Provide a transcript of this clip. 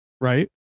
right